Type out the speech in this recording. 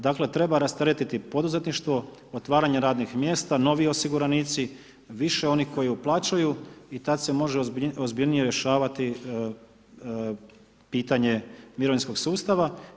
Dakle treba rasteretiti poduzetništvo, otvaranje radnih mjesta, novi osiguranici, više onih koji uplaćuju i tad se može ozbiljnije rješavati pitanje mirovinskog sustava.